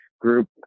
group